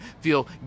feel